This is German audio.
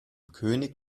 könig